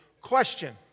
question